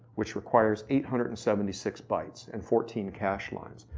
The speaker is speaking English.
which requires eight hundred and seventy six bytes and fourteen cache lines.